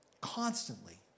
constantly